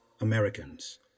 Americans